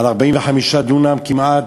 על 45 דונם כמעט,